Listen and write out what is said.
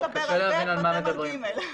קשה להבין על מה מדברים.